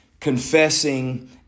confessing